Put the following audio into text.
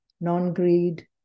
non-greed